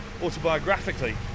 autobiographically